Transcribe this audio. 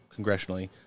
congressionally